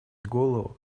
голову